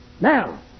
Now